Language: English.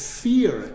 fear